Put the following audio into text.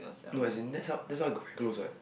no as in that's how that's how we got very close what